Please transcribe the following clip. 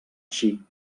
així